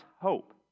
hope